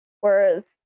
whereas